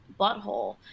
butthole